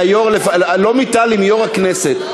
מהיושב-ראש, לא מטלי, מיושב-ראש הכנסת.